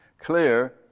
clear